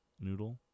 noodle